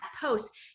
post